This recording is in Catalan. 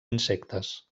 insectes